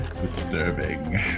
Disturbing